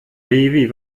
wie